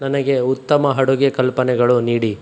ನನಗೆ ಉತ್ತಮ ಅಡುಗೆ ಕಲ್ಪನೆಗಳು ನೀಡಿ